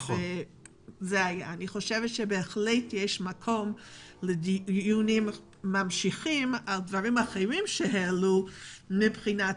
אני חושבת שבהחלט יש מקום לדיונים ממשיכים על דברים אחרים שהעלו מבחינת